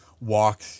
walk